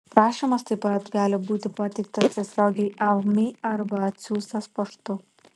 prašymas taip pat gali būti pateiktas tiesiogiai avmi arba atsiųstas paštu